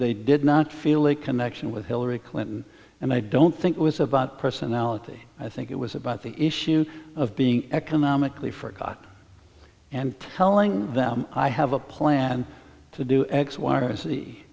they did not feel a connection with hillary clinton and i don't think it was about personality i think it was about the issues of being economically forgot and telling them i have a plan to do x y or z